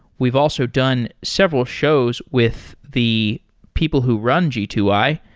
we've also done several shows with the people who run g two i,